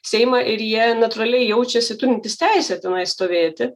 seimą ir jie natūraliai jaučiasi turintys teisę tenai stovėti